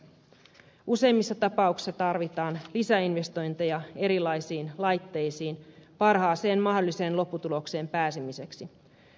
useimmissa tapauksissa tarvitaan lisäinvestointeja erilaisiin laitteisiin parhaaseen mahdolliseen lopputulokseen pääsemiseksi